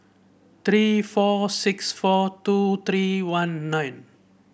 three four six four two three one nine